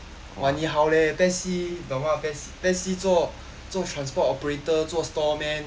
哇你好 leh PES C 懂吗 PES C 做做 transport operator 做 store man